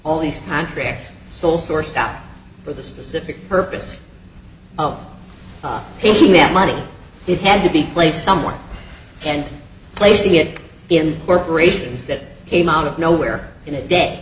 all these contracts sole source for the specific purpose of taking that money it had to be placed somewhere and placing it in work races that came out of nowhere in a day